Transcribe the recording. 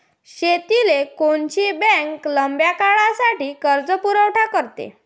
शेतीले कोनची बँक लंब्या काळासाठी कर्जपुरवठा करते?